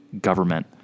government